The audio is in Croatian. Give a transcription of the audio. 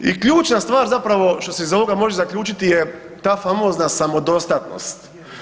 I ključna stvar zapravo što se iz ovoga može zaključiti je ta famozna samodostatnost.